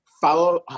follow